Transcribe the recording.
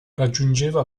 raggiungeva